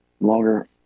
longer